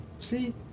See